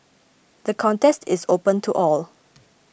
the contest is open to all